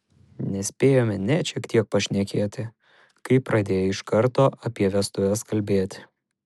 nespėjome net šiek tiek pašnekėti kai pradėjo iš karto apie vestuves kalbėti